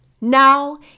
Now